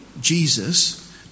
Jesus